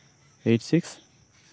eight six